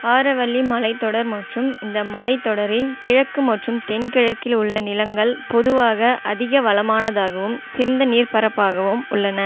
ஆரவல்லி மலைத்தொடர் மற்றும் இந்த மலைத்தொடரின் கிழக்கு மற்றும் தென்கிழக்கில் உள்ள நிலங்கள் பொதுவாக அதிக வளமானதாகவும் சிறந்த நீர்ப்பரப்பாகவும் உள்ளன